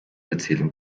erzählung